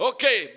Okay